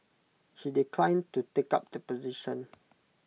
she declined to take up the position